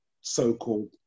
so-called